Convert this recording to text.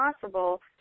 possible